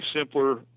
simpler